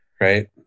right